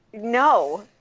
No